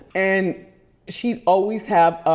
and she'd always have,